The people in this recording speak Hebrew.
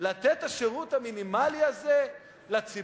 לתת את השירות המינימלי הזה לציבור?